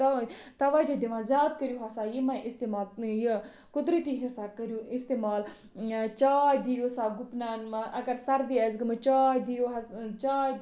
تَوَجہوٗ دِوان زیادٕ کٔرِو ہَسا یِمَے استعمال یہِ قُدرَتی ہسا کٔرِو اِستعمال چاے دِیِو سا گُپنَن اَگَر سَردی آسہِ گٔمٕژ چاے دِیِو حظ چاے